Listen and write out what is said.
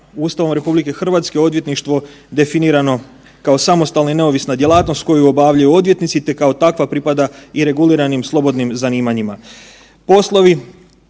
Ustavom RH odvjetništvo definirano kao samostalna i neovisna djelatnost koju obavljaju odvjetnici, te kao takva pripada i reguliranim slobodnim zanimanjima.